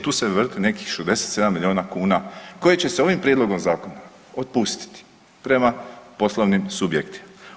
Tu se vrsti nekih 67 milijuna kuna koje će se ovim prijedlogom zakona otpustiti prema poslovnim subjektima.